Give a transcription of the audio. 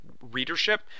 Readership